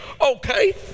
okay